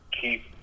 keep